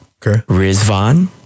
Rizvan